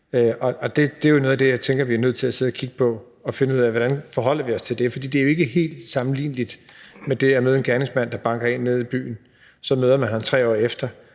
Det er noget af det, jeg tænker vi er nødt til at sidde og kigge på, så vi finder ud af, hvordan vi forholder os til det. For det er jo ikke helt sammenligneligt med det at møde en gerningsmand, der banker en ned i byen, og så møder man ham 3 år efter,